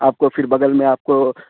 آپ کو پھر بغل میں آپ کو